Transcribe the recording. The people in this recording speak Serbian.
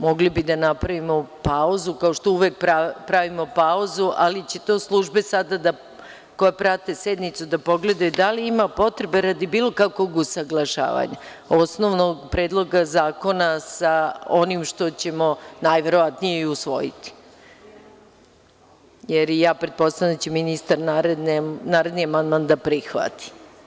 Mogli bi da napravimo pauzu, kao što uvek pravimo, ali će to službe sada, koje prate sednicu, da pogledaju da li ima potrebe radi bilo kakvog usaglašavanja osnovnog predloga zakona sa onim što ćemo, najverovatnije, i usvojiti, jer i ja pretpostavljam da će ministar naredni amandman da prihvati.